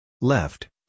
Left